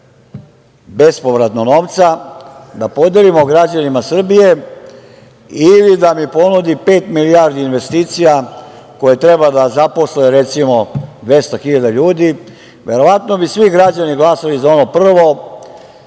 bespovratno novca da podelimo građanima Srbije ili da mi ponudi pet milijardi investicija koje treba da zaposle, recimo, dvesta hiljada ljudi, verovatno bi svi građani glasali za ono prvo,